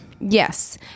Yes